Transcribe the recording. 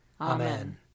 Amen